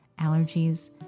allergies